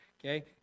Okay